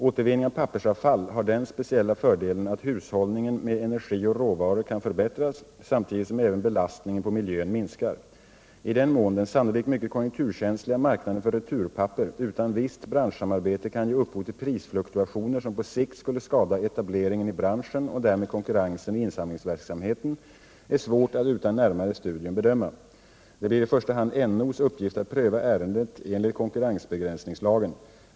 Återvinning av pappersavfall har den speciella fördelen att hushållningen med energi och råvaror kan förbättras samtidigt som även belastningen på miljön minskar. I vad mån den sannolikt mycket konjunkturkänsliga marknaden för returpapper utan visst branschsamarbete kan ge upphov till prisfluktuationer, som på sikt skulle skada etablering i branschen och därmed konkurrensen och insamlingsverksamheten, är svårt att utan närmare studium bedöma. Det blir i första hand NO:s uppgift att pröva ärendet enligt konkurrensbegränsningslagen.